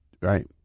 Right